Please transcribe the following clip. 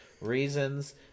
reasons